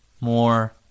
more